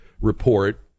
report